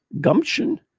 gumption